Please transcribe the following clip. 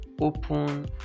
Open